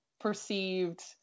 perceived